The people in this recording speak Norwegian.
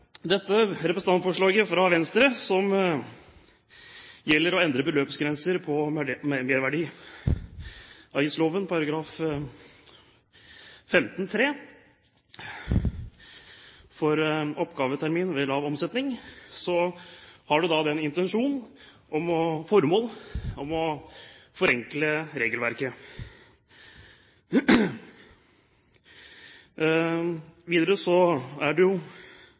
Dette representantforslaget fra Venstre, som gjelder å endre beløpsgrenser i merverdiavgiftsloven § 15-3 for oppgavetermin ved lav omsetning, har som intensjon – formål – å forenkle regelverket. Videre er det jo